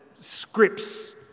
scripts